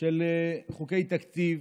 של חוקי תקציב